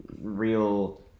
real